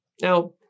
Now